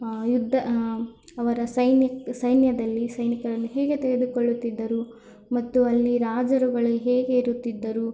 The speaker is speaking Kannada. ಯುದ್ಧ ಅವರ ಸೈನ್ಯ ಸೈನ್ಯದಲ್ಲಿ ಸೈನಿಕರನ್ನು ಹೇಗೆ ತೆಗೆದುಕೊಳ್ಳುತ್ತಿದ್ದರು ಮತ್ತು ಅಲ್ಲಿ ರಾಜರುಗಳು ಹೇಗೆ ಇರುತ್ತಿದ್ದರು